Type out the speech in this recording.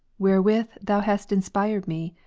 wherewith thou hast inspired me,